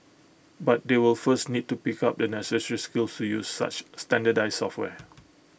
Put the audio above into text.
but they will first need to pick up the necessary skills to use such standardised software